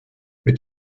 mit